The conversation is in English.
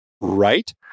right